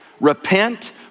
Repent